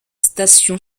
station